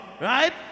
Right